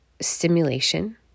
stimulation